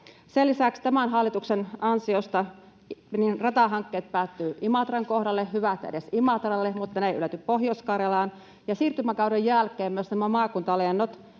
Sen lisäksi tämän hallituksen ansiosta ratahankkeet päättyvät Imatran kohdalle, hyvä että ylettävät edes Imatralle, mutta ne eivät ylety Pohjois-Karjalaan. Ja siirtymäkauden jälkeen myös maakuntalennot